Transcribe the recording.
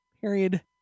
Period